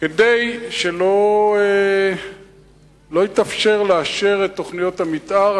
כדי שלא יתאפשר לאשר את תוכניות המיתאר,